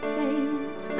face